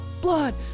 Blood